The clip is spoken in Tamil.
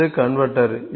அடுத்தது கன்வெர்ட்டர்